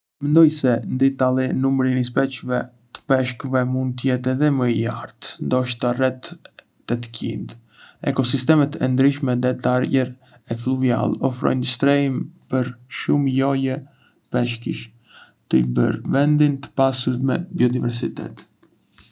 Mendoj se ndë Itali numri i specieve të peshqve mund të jetë edhé më i lartë, ndoshta rreth tet-qind. Ekosistemet e ndryshme detare e fluviale ofrojndë strehim për shumë lloje peshqish, të e bërë vendin të pasur me biodiversitet.